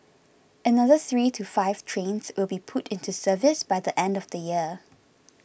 another three to five trains will be put into service by the end of the year